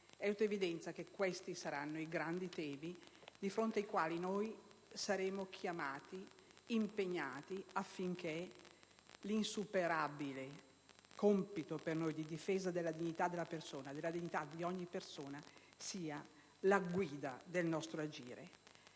di tutta evidenza che questi saranno i grandi temi di fronte ai quali saremo chiamati, impegnati, affinché l'insuperabile, per noi, compito di difesa della dignità di ogni persona sia la guida del nostro agire.